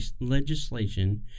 legislation